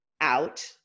out